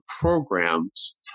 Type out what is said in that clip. programs